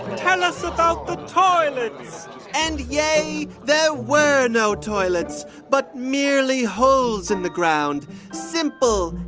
tell us about the toilets and yea, there were no toilets but merely holes in the ground simple,